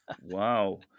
Wow